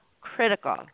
Critical